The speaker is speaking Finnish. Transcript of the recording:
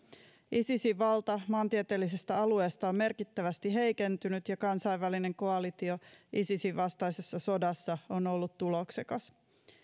isisin valta maantieteellisestä alueesta on merkittävästi heikentynyt ja kansainvälinen koalitio isisin vastaisessa sodassa on ollut tuloksekas